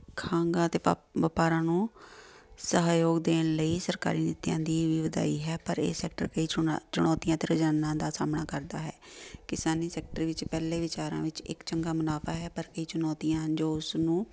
ਖਾਂਗਾਂ ਅਤੇ ਪਾ ਵਪਾਰਾਂ ਨੂੰ ਸਹਿਯੋਗ ਦੇਣ ਲਈ ਸਰਕਾਰੀ ਨੀਤੀਆਂ ਦੀ ਵੀ ਵਧਾਈ ਹੈ ਪਰ ਇਹ ਸੈਕਟਰ ਕਈ ਚੁਣੌਤੀਆਂ ਅਤੇ ਰੋਜ਼ਾਨਾ ਦਾ ਸਾਹਮਣਾ ਕਰਦਾ ਹੈ ਕਿਸਾਨੀ ਸੈਕਟਰ ਵਿੱਚ ਪਹਿਲੇ ਵਿਚਾਰਾਂ ਵਿੱਚ ਇੱਕ ਚੰਗਾ ਮੁਨਾਫਾ ਹੈ ਪਰ ਇਹ ਚੁਣੌਤੀਆਂ ਹਨ ਜੋ ਉਸ ਨੂੰ